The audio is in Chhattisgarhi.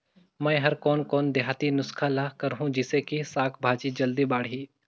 मै हर कोन कोन देहाती नुस्खा ल करहूं? जिसे कि साक भाजी जल्दी बाड़ही?